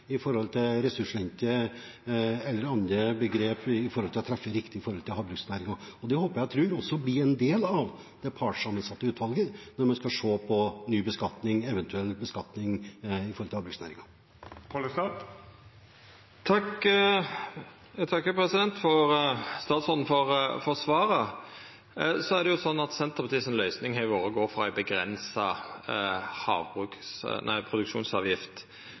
ressursrente eller andre begreper for å treffe riktig innenfor havbruksnæringen. Det håper og tror jeg også blir en del av det partssammensatte utvalget når man skal se på ny beskatning, eventuell beskatning, i havbruksnæringen. Eg takkar statsråden for svaret. Løysinga til Senterpartiet har jo vore å gå for ei avgrensa produksjonsavgift. Om ein ser for